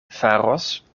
faros